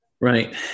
Right